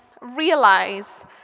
realize